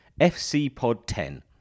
FCPOD10